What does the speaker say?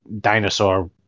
dinosaur